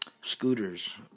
scooters